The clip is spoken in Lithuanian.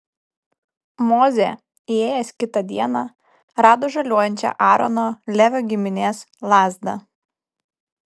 mozė įėjęs kitą dieną rado žaliuojančią aarono levio giminės lazdą